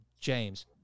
James